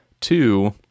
Two